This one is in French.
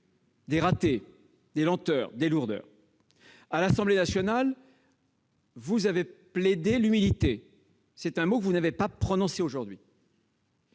des ratés, des lenteurs, des lourdeurs. À l'Assemblée nationale, vous avez plaidé l'humilité ;... Eh oui !... c'est un mot que vous n'avez pas prononcé aujourd'hui